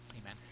Amen